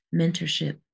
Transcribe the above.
Mentorship